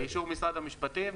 באישור משרד המשפטים.